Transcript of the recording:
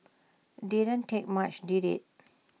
didn't take much did IT